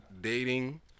dating